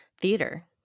theater